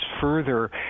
further